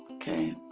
okay.